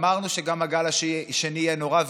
אמרנו שגם הגל השני יהיה נורא,